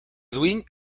duin